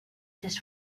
just